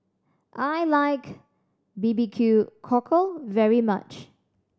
I like B B Q Cockle very much